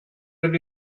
that